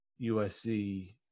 USC